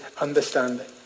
understanding